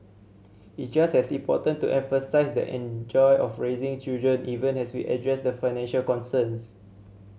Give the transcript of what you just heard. it's just as important to emphasise the enjoy of raising children even as we address the financial concerns